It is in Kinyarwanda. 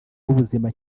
w’ubuzima